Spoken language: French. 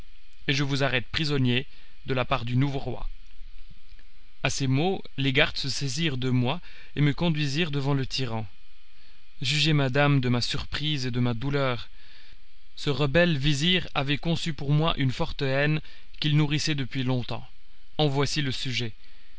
et je vous arrête prisonnier de la part du nouveau roi à ces mots les gardes se saisirent de moi et me conduisirent devant le tyran jugez madame de ma surprise et de ma douleur ce rebelle vizir avait conçu pour moi une forte haine qu'il nourrissait depuis longtemps en voici le sujet